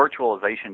virtualization